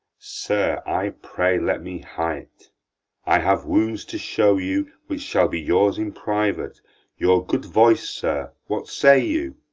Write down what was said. sir, i pray, let me ha't i have wounds to show you, which shall be yours in private your good voice, sir what say you?